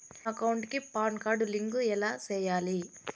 నా అకౌంట్ కి PAN card link ఎలా సేయాలి